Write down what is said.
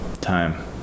time